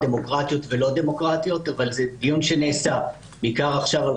דמוקרטיות ולא-דמוקרטיות אבל זה דיון שנעשה בעיקר עכשיו,